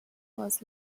was